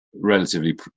relatively